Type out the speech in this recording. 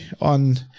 on